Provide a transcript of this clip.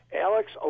Alex